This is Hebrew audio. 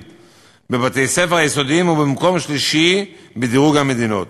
בבתי-הספר היסודיים הוא במקום השלישי בדירוג המדינות.